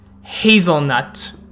hazelnut